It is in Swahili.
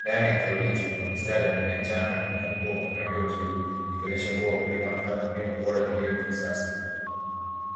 Ndani ya kitalu hicho, kuna mistari ya mimea changa inayokuwa kwa mpangilio mzuri, ikionesha kuwa wakulima wanafuata bora za kilimo cha kisasa.